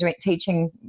teaching